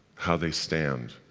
how they stand.